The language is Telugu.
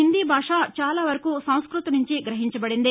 హిందీ భాష చాలావరకూ సంస్కృతం నుంచి గ్రహించబడినది